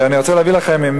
אני רוצה להביא לכם,